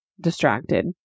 distracted